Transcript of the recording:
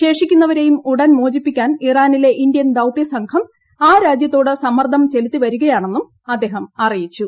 ശേഷിക്കുന്നവരെയും ഉടൻ മോചിപ്പിക്കാൻ ഇറാനിലെ ഇന്ത്യൻ ദൌത്യസംഘം ആ രാജ്യത്തോട് സമ്മർദ്ദം ചെലുത്തി വരികയാണെന്നും അദ്ദേഹം അറിയിച്ചു